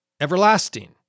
everlasting